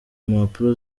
impapuro